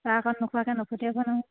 চাহ অকণ নোখোৱাকৈ নপঠিয়াব নহয়